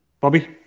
Bobby